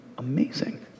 Amazing